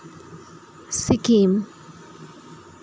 Sikkim